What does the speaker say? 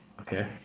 okay